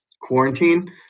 quarantine